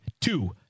two